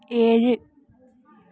ഏഴ്